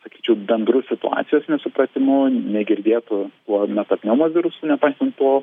sakyčiau bendru situacijos nesupratimu negirdėtu tuo metapneumovirusu nepaisant to